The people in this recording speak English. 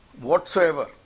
whatsoever